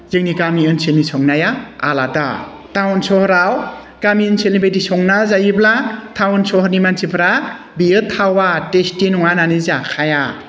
जोंनि गामि ओनसोलनि संनाया आलादा टाउन सहराव गामि ओनसोलनि बायदि संना जायोब्ला टाउन सहरनि मानसिफोरा बियो थावा टेस्टि नङा होननानै जाखाया